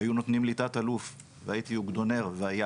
היו נותנים לי תא"ל והייתי אוגדונר והיה